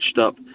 up